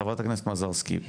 חברת הכנסת מזרסקי,